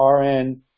RN